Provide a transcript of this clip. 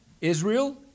Israel